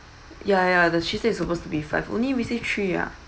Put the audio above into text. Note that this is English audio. ya ya the cheese stick is supposed to be five only receive three ah